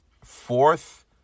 Fourth